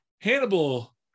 Hannibal